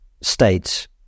states